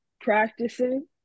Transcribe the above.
practicing